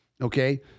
Okay